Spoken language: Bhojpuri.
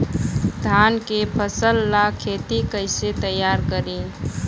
धान के फ़सल ला खेती कइसे तैयार करी?